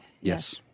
Yes